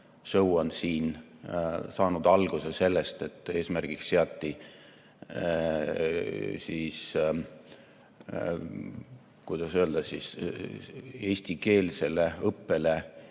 siin saanud alguse sellest, et eesmärgiks seati, kuidas öelda, eestikeelsele õppele